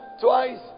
twice